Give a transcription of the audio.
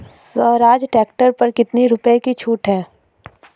Swaraj tractor पर कितनी रुपये की छूट है?